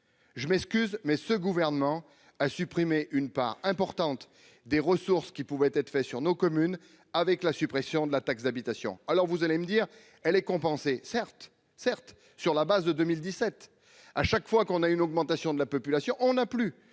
je m'excuse mais ce gouvernement a supprimé une part importante des ressources qui pouvait être fait sur nos communes avec la suppression de la taxe d'habitation, alors vous allez me dire, elle est compensée, certes, certes, sur la base de 2017, à chaque fois qu'on a une augmentation de la population, on a plus